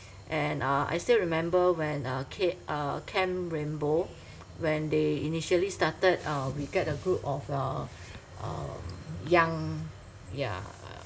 and uh I still remember when uh ca~ uh camp rainbow when they initially started uh we get a group of uh uh young yeah